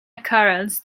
occurrence